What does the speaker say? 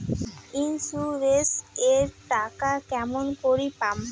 Insurance এর টাকা কেমন করি পাম?